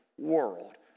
world